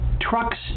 trucks